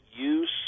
use